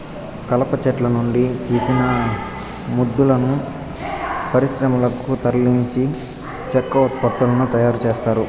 కలప చెట్ల నుండి తీసిన మొద్దులను పరిశ్రమలకు తరలించి చెక్క ఉత్పత్తులను తయారు చేత్తారు